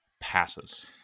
passes